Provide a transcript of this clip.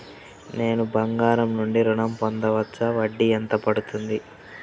నేను బంగారం నుండి ఋణం పొందవచ్చా? వడ్డీ ఎంత పడుతుంది?